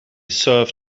serve